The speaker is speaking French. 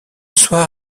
soir